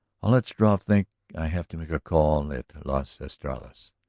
i'll let struve think i have to make a call at las estrellas.